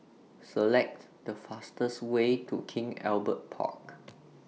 Select The fastest Way to King Albert Park